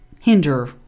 hinder